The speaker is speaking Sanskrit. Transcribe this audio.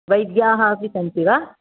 वैद्याः अपि सन्ति वा